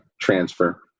transfer